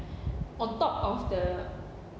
on top of the